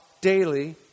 daily